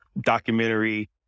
documentary